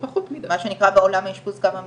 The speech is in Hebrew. מה שנקרא בעולם האשפוז, כמה מיטות?